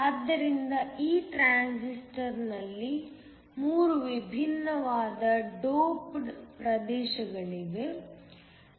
ಆದ್ದರಿಂದ ಈ ಟ್ರಾನ್ಸಿಸ್ಟರ್ ನಲ್ಲಿ 3 ವಿಭಿನ್ನವಾಗಿ ಡೋಪ್ಡ್ ಪ್ರದೇಶಗಳಿವೆ